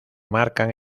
marcan